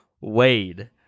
Wade